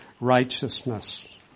righteousness